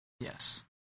Yes